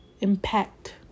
impact